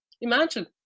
Imagine